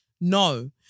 No